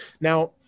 Now